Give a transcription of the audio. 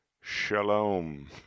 shalom